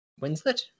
Winslet